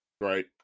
right